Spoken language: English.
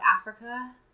Africa